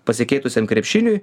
pasikeitusiam krepšiniui